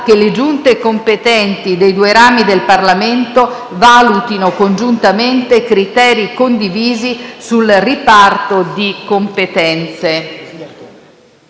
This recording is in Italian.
che le Giunte competenti dei due Rami del Parlamento valutino congiuntamente criteri condivisi sul riparto di competenze.